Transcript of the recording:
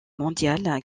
mondiale